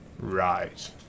Right